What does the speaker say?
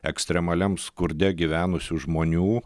ekstremaliam skurde gyvenusių žmonių